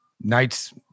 nights